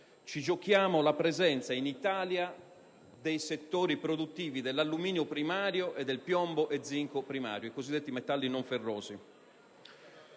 si gioca la presenza in Italia dei settori produttivi dell'alluminio, dello zinco e del piombo primari, i cosiddetti metalli non ferrosi.